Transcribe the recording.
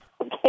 Okay